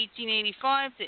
1885